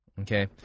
okay